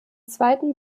zweiten